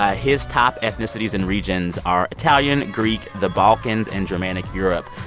ah his top ethnicities and regions are italian, greek, the balkans and germanic europe.